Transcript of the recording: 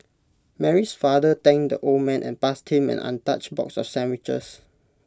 Mary's father thanked the old man and passed him an untouched box of sandwiches